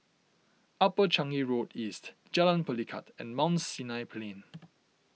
Upper Changi Road East Jalan Pelikat and Mount Sinai Plain